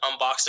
unboxing